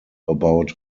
about